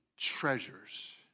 treasures